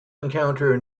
encounter